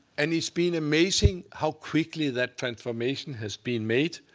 and it's been amazing how quickly that transformation has been made.